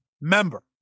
member